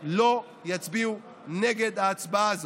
לא יצביעו נגד בהצבעה הזאת,